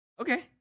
Okay